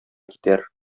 китәр